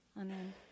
Amen